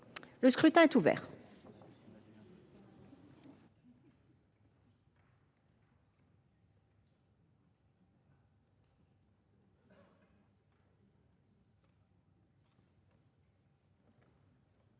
Le scrutin est ouvert.